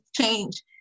change